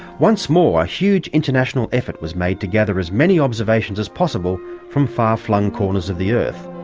once more a huge international effort was made to gather as many observations as possible from far-flung corners of the earth,